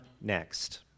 next